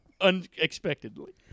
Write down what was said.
unexpectedly